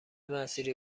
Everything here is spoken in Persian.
مسیری